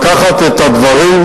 לקחת את הדברים,